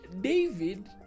david